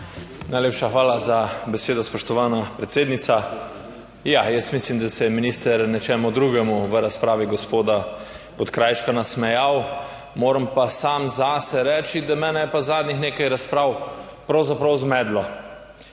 Najlepša hvala za besedo, spoštovana predsednica. Ja, jaz mislim, da se je minister nečemu drugemu v razpravi gospoda Podkrajška nasmejal. Moram pa sam zase reči, da mene je pa zadnjih nekaj razprav pravzaprav zmedlo.